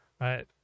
right